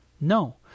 No